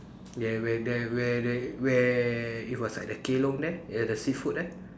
yeah where there where there where it was at the kelong there at the seafood there